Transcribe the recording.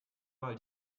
mal